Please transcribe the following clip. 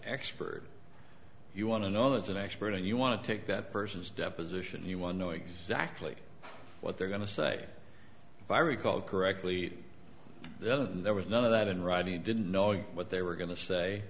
expert you want to know as an expert and you want to take that person's deposition you want to know exactly what they're going to say if i recall correctly there was none of that in writing and didn't know what they were going to say